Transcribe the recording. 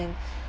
and